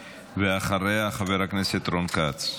ואחריה, חבר הכנסת רון כץ.